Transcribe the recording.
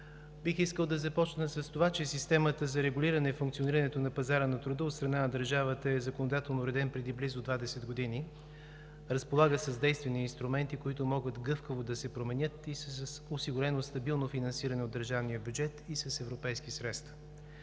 Бих искал да започна с това, че системата за регулиране функционирането на пазара на труда от страна на държавата е законодателно уреден преди близо 20 години. Разполага с действени инструменти, които могат гъвкаво да се променят и са с осигурено стабилно финансиране от държавния бюджет и с европейски средства.